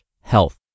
health